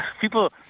People